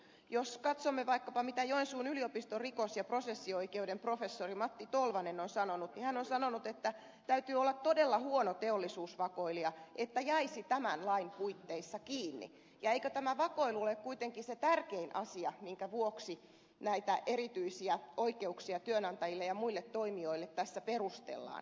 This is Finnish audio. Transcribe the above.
jos katsomme vaikkapa mitä joensuun yliopiston rikos ja prosessioikeuden professori matti tolvanen on sanonut niin hän on sanonut että täytyy olla todella huono teollisuusvakoilija että jäisi tämän lain puitteissa kiinni ja eikö tämä vakoilu ole kuitenkin se tärkein asia minkä vuoksi näitä erityisiä oikeuksia työnantajille ja muille toimijoille tässä perustellaan